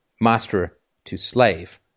master-to-slave